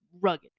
rugged